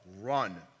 run